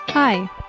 Hi